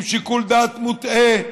עם שיקול דעת מוטעה,